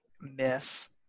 miss